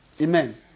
Amen